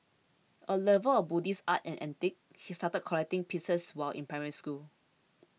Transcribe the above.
a lover of Buddhist art and antiquities he started collecting pieces while in Primary School